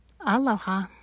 Aloha